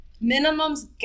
Minimum's